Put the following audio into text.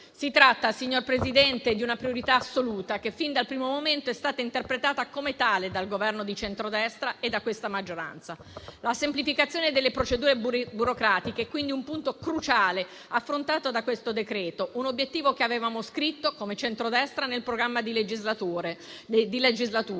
Si tratta, signor Presidente, di una priorità assoluta e fin dal primo momento è stata interpretata come tale dal Governo di centrodestra e da questa maggioranza. La semplificazione delle procedure burocratiche è quindi un punto cruciale affrontato da questo decreto-legge, un obiettivo che avevamo scritto, come centrodestra, nel programma di legislatura